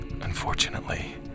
Unfortunately